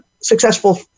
successful